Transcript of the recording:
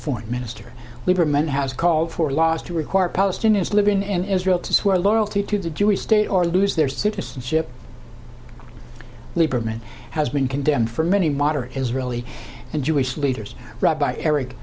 foreign minister lieberman has called for laws to require palestinians living in israel to swear loyalty to the jewish state or lose their citizenship lieberman has been condemned for many moderate israeli and jewish leaders rabbi eric